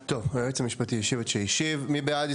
טוב, היועץ המשפטי, השיב את שהשיב.